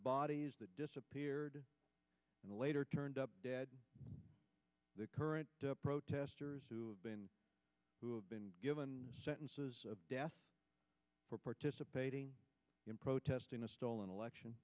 bodies that disappeared in the later turned up dead the current protesters who have been who have been given sentences of death for participating in protesting a stolen election